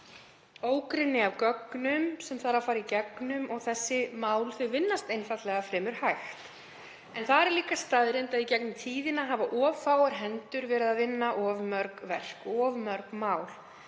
ógrynni af gögnum sem þarf að fara í gegnum og þau mál vinnast einfaldlega fremur hægt. Þar er líka staðreynd að í gegnum tíðina hafa of fáar hendur verið að vinna of mörg verk, of mörg mál.